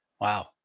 Wow